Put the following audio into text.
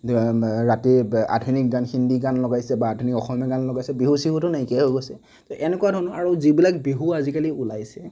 ৰাতি আধুনিক গান হিন্দী গান লগাইছে বা আধুনীক অসমীয়া গান লগাইছে বিহু চিহুটো নাইকিয়াই হৈ গৈছে তো এনেকুৱা ধৰণৰ আৰু যিবিলাক বিহু আজিকালি ওলাইছে